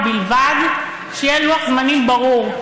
ובלבד שיהיה לוח-זמנים ברור,